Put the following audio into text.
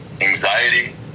anxiety